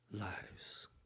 lives